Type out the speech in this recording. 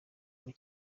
muri